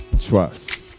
Trust